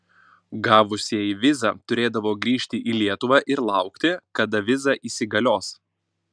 gavusieji vizą turėdavo grįžti į lietuvą ir laukti kada viza įsigalios